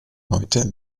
heute